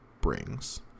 brings